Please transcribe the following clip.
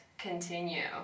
continue